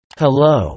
hello